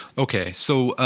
okay. so,